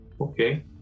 Okay